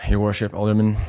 your worship, aldermen,